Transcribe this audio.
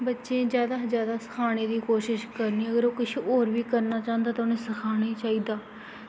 बच्चें गी जादै कशा जादै खानै दी कोशश करनी ते होर करना चांह्दा ते ओह् सिखाना चाहिदा